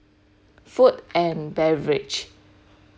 food and beverage